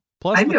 Plus